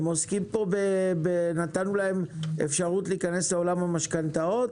נתנו להם אפשרות להיכנס לעולם המשכנתאות.